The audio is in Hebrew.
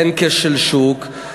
אין כשל שוק.